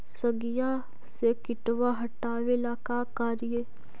सगिया से किटवा हाटाबेला का कारिये?